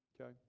Okay